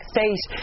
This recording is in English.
State